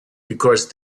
because